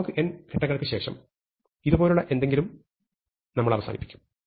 log ഘട്ടങ്ങൾക്ക് ശേഷം ഇതുപോലുള്ള എന്തിലെങ്കിലും നമ്മൾ അവസാനിപ്പിക്കും